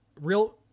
real